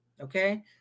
okay